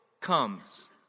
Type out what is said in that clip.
comes